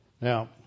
Now